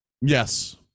yes